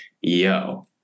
yo